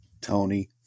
Tony